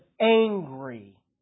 angry